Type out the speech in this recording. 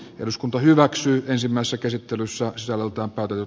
eduskunta hyväksyy ensimmäistä käsittelyssä soveltaa palkannut